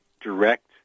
direct